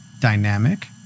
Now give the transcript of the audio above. dynamic